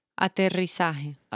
Aterrizaje